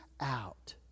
out